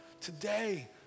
Today